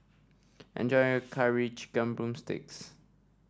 enjoy your Curry Chicken drumstick